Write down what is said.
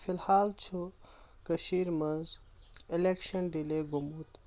فۍالحال چھ کٔشیٖرِ منٛز الٮ۪کشن ڈلے گومُت